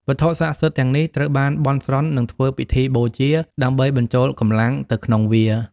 វត្ថុស័ក្តិសិទ្ធិទាំងនេះត្រូវបានបន់ស្រន់ និងធ្វើពិធីបូជា ដើម្បីបញ្ចូលកម្លាំងទៅក្នុងវា។